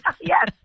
Yes